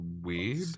weird